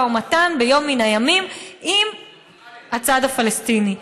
ומתן ביום מן הימים עם הצד הפלסטיני.